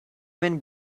man